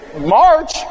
march